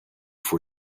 for